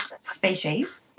species